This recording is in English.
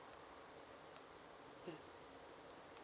mm